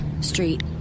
Street